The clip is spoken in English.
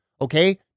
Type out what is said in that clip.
Okay